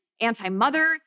anti-mother